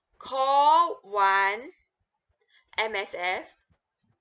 call one M_S_F